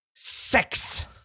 Sex